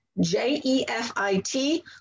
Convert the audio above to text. J-E-F-I-T